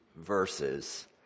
verses